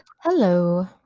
Hello